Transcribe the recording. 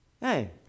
Hey